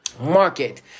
market